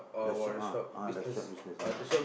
the shop ah ah the shop business ah